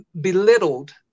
belittled